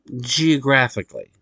geographically